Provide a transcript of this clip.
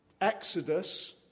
Exodus